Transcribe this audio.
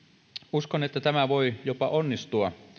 uskon että tämä voi jopa onnistua